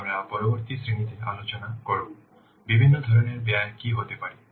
সুতরাং আমরা পরবর্তী শ্রেণীতে আলোচনা করব বিভিন্ন ধরণের ব্যয় কী হতে পারে